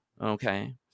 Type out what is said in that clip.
Okay